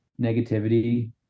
negativity